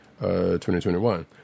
2021